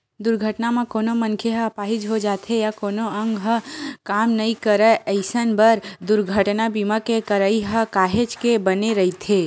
दुरघटना म कोनो मनखे ह अपाहिज हो जाथे या कोनो अंग ह काम नइ करय अइसन बर दुरघटना बीमा के करई ह काहेच के बने रहिथे